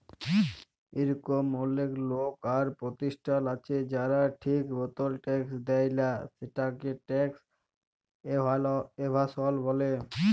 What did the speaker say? ইরকম অলেক লক আর পরতিষ্ঠাল আছে যারা ঠিক মতল ট্যাক্স দেয় লা, সেটকে ট্যাক্স এভাসল ব্যলে